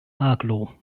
aglo